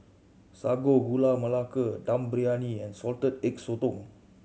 Sago Gula Melaka Dum Briyani and Salted Egg Sotong